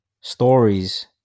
Stories